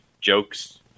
jokes